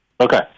Okay